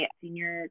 senior